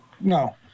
no